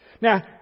Now